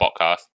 podcast